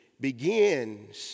begins